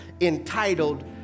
entitled